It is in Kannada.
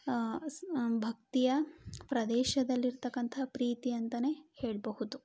ಭಕ್ತಿಯ ಪ್ರದೇಶದಲ್ಲಿರತಕ್ಕಂತಹ ಪ್ರೀತಿ ಅಂತಲೇ ಹೇಳಬಹುದು